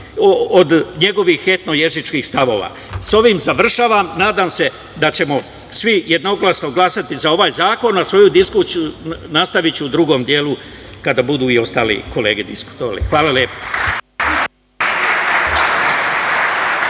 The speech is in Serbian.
od njegovih etno-jezičkih stavova. Sa ovim završavam. Nadam se da ćemo svi jednoglasno glasati za ovaj zakon. Svoju diskusiju nastaviću u drugom delu, kada budu i ostale kolege diskutovale. Hvala lepo.